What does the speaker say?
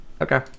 okay